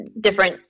different